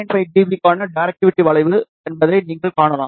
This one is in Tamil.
5 dB க்கான டைரக்டிவிட்டி வளைவு என்பதை நீங்கள் காணலாம்